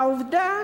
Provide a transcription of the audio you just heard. העובדה